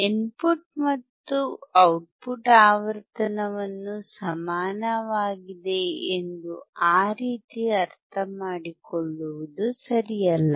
input ಮತ್ತು output ಆವರ್ತನವನ್ನು ಸಮಾನವಾಗಿದೆ ಎಂದು ಆ ರೀತಿ ಅರ್ಥ ಮಾಡಿಕೊಳ್ಳುವುದು ಸರಿಯಲ್ಲ